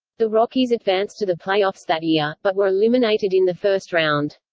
the rockies advanced to the playoffs that year, but were eliminated in the first round.